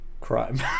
Crime